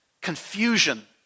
confusion